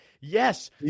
Yes